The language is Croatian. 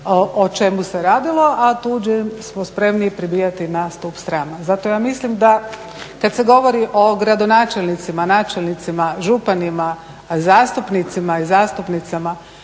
o čemu se radilo, a tuđe smo spremni pribijati na stup srama. Zato ja mislim da kad se govori o gradonačelnicima, načelnicima, županima, zastupnicima i zastupnicama